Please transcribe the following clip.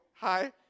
Hi